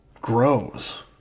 grows